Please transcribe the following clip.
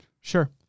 Sure